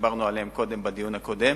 ודיברנו עליהם קודם, בדיון הקודם,